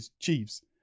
Chiefs